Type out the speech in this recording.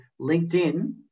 LinkedIn